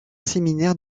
séminaire